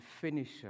finisher